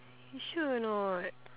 sure or not